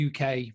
UK